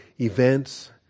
events